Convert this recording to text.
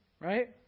Right